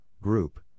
group